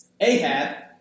Ahab